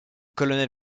colonel